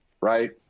right